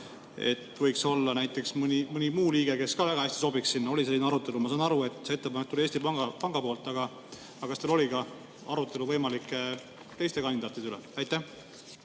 et võiks olla näiteks mõni muu liige, kes väga hästi sobiks sinna. Kas oli selline arutelu? Ma saan aru, et see ettepanek tuli Eesti Pangalt, aga kas teil oli ka arutelu võimalike teiste kandidaatide üle? Tänan,